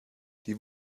die